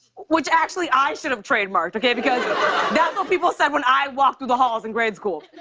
which actually, i should have trademarked, okay? because that's what people said when i walked through the halls in grade school.